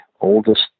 oldest